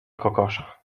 kokosza